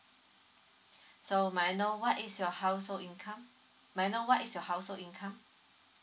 so may I know what is your household income may I know what is your household income